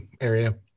area